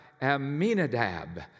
Aminadab